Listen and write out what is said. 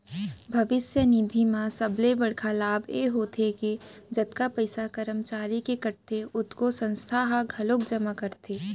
भविस्य निधि म सबले बड़का लाभ ए होथे के जतका पइसा करमचारी के कटथे ओतके संस्था ह घलोक जमा करथे